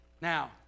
now